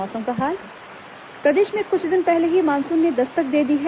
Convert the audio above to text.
मौसम प्रदेश में कुछ दिन पहले ही मानसून ने दस्तक दे दी है